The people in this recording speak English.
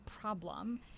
problem